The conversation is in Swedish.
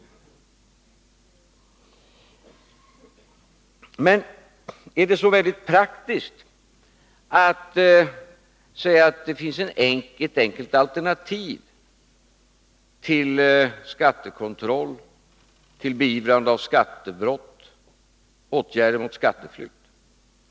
Men är det så väldigt praktiskt att säga att det finns ett enkelt alternativ till skattekontroll, till beivrande av skattebrott och till åtgärder mot skatteflykt.